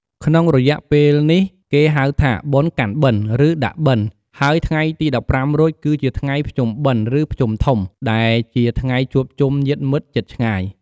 ក្នុងរយៈពេលនេះ គេហៅថា "បុណ្យកាន់បិណ្ឌ" ឬ "ដាក់បិណ្ឌ" ហើយថ្ងៃទី ១៥រោច គឺជាថ្ងៃ "ភ្ជុំបិណ្ឌ" ឬ "ភ្ជុំធំ" ដែលជាថ្ងៃជួបជុំញាតិមិត្តជិតឆ្ងាយ។